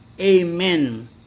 Amen